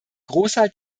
großteil